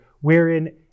wherein